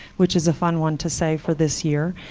which is a fun one to say for this year.